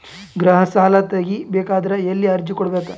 ಗೃಹ ಸಾಲಾ ತಗಿ ಬೇಕಾದರ ಎಲ್ಲಿ ಅರ್ಜಿ ಕೊಡಬೇಕು?